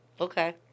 Okay